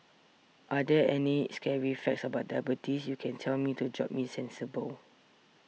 are there any scary facts about diabetes you can tell me to jolt me sensible